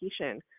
education